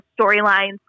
storylines